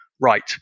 right